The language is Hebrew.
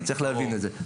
צריך להבין את זה.